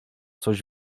coś